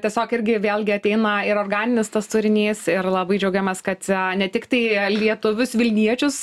tiesiog irgi vėlgi ateina ir organinis tas turinys ir labai džiaugiamės kad ne tiktai lietuvius vilniečius